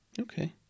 Okay